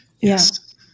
yes